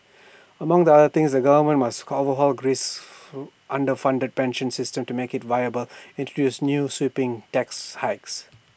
among the other things the government must overhaul Greece's underfunded pension system to make IT viable and introduce sweeping tax hikes